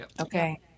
Okay